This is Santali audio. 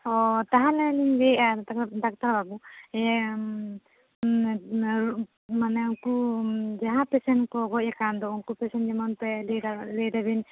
ᱚᱻ ᱛᱟᱦᱚᱞᱮ ᱞᱤᱧ ᱞᱟᱹᱭᱮᱫᱼᱟ ᱮᱱᱛᱮ ᱨᱮᱦᱚᱸ ᱰᱟᱠᱛᱟᱨ ᱵᱟᱵᱩ ᱤᱭᱟᱹ ᱢᱟᱱᱮ ᱩᱱᱠᱩ ᱡᱟᱦᱟᱸ ᱯᱮᱥᱮᱱᱴ ᱠᱚ ᱜᱚᱡ ᱟᱠᱟᱱ ᱫᱚ ᱩᱱᱠᱩ ᱯᱮᱥᱮᱱᱴ ᱡᱮᱢᱚᱱ ᱯᱮ ᱞᱟᱹᱭᱮᱫᱟ ᱞᱟᱹᱭᱮᱫᱟ ᱵᱤᱱ